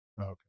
okay